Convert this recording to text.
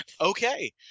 Okay